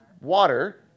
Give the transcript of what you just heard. water